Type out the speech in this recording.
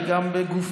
היא גם בגופה,